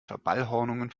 verballhornungen